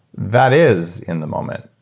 that is in the moment.